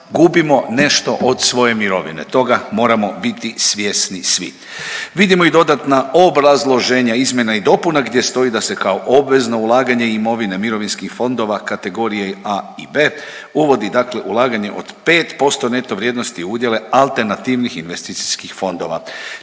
gubimo nešto od svoje mirovine, toga moramo biti svjesni svi. Vidimo i dodatna obrazloženja izmjena i dopuna gdje stoji da se kao obvezno ulaganje imovine mirovinskih fondova kategorije A i B uvodi dakle ulaganje od 5% neto vrijednosti udjele alternativnih investicijskih fondova.